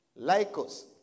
Lycos